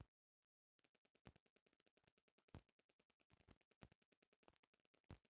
पश्चिम बंगाल के मछली भात आ खाना सारा दुनिया में नामी बा